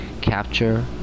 capture